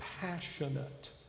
passionate